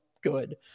good